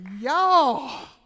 Y'all